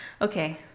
Okay